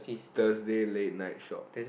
Thursday late night shop